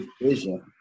vision